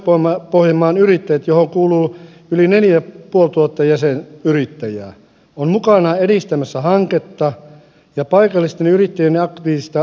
pohjois pohjanmaan yrittäjät johon kuuluu yli neljä ja puoli tuhatta jäsenyrittäjää on mukana edistämässä hanketta ja paikallisten yrittäjien aktiivista roolia siinä